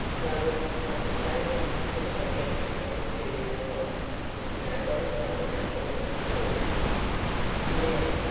well, i suppose it's because they get the kind of food they like and nobody worries or disturbs and then,